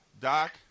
Doc